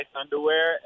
underwear